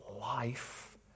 life